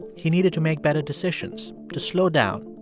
he needed to make better decisions to slow down,